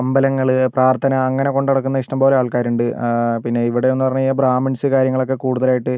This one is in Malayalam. അമ്പലങ്ങള് പ്രാർത്ഥന അങ്ങനെ കൊണ്ടുനടക്കുന്ന ഇഷ്ടംപോലെ ആൾക്കാരുണ്ട് പിന്നെ ഇവിടെ എന്ന് പറഞ്ഞു കഴിഞ്ഞാൽ ബ്രാഹ്മിൻസ് കാര്യങ്ങളൊക്കെ കൂടുതലായിട്ട്